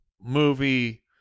movie